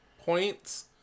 points